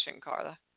Carla